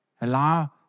Allow